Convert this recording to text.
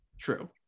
true